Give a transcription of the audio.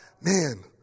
man